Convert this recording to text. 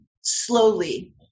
slowly